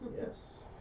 Yes